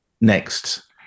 next